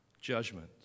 judgment